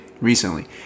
recently